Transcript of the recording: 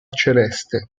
celeste